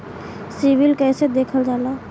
CIBIL कैसे देखल जाला?